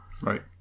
Right